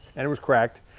and it was cracked,